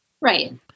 Right